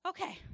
Okay